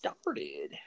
started